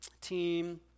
team